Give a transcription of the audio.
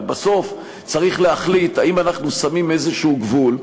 אבל בסוף צריך להחליט אם אנחנו שמים איזה גבול,